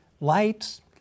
lights